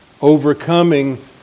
overcoming